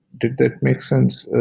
did that make sense?